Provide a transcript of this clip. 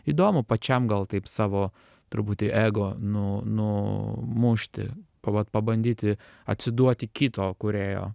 įdomu pačiam gal taip savo truputį ego nu numušti pa vat pabandyti atsiduoti kito kūrėjo